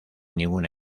ninguna